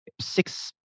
six